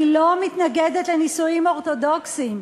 אני לא מתנגדת לנישואים אורתודוקסיים,